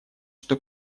что